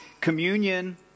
Communion